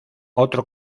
otro